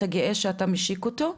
אתה גאה שאתה משיק אותו.